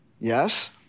yes